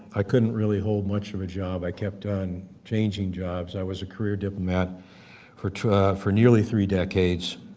i couldn't really hold much of a job, i kept on changing jobs, i was a career diplomat for for nearly three decades.